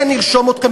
כן נרשום אתכם,